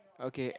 okay